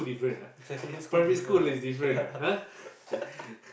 secondary school different ah yeah